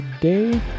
today